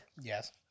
yes